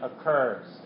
occurs